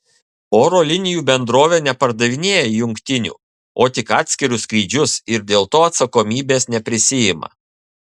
oro linijų bendrovė nepardavinėja jungtinių o tik atskirus skrydžius ir dėl to atsakomybės neprisiima